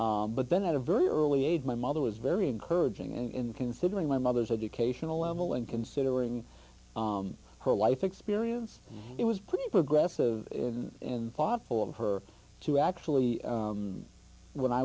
but then at a very early age my mother was very encouraging and considering my mother's educational level and considering her life experience it was pretty progressive in thoughtful of her to actually when i